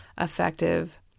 effective